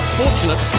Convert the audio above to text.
fortunate